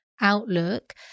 outlook